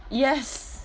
yes